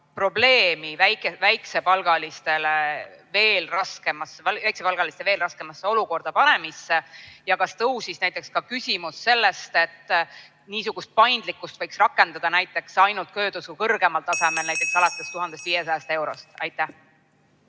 probleemi, väiksepalgaliste veel raskemasse olukorda panemist? Kas tekkis ka küsimus sellest, et niisugust paindlikkust võiks rakendada näiteks ainult töötasu kõrgemal tasemel, näiteks alates 1500 eurost? Suur